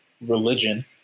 religion